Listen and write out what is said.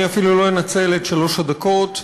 אני אפילו לא אנצל את שלוש הדקות.